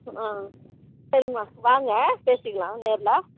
ஆ சரிம்மா வாங்க பேசிக்கலாம் நேரில்